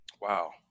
Wow